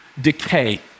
decay